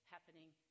happening